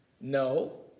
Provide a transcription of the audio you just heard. No